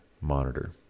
monitor